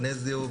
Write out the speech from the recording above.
מגנזיום,